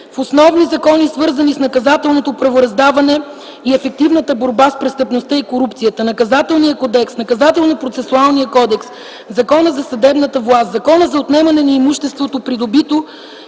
в основни закони, свързани с наказателното правораздаване и ефективната борба с престъпността и корупцията, Наказателния кодекс, Наказателно-процесуалния кодекс, Закона за съдебната власт, Закона за отнемане на имуществото придобито